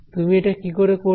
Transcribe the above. তুমি এটা কি করে করবে